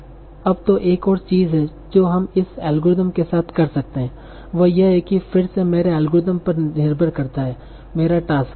अब तो एक और चीज है जो हम इस एल्गोरिथम के साथ कर सकते हैं वह यह है कि फिर से मेरे एल्गोरिथ्म पर निर्भर करता है मेरा टास्क है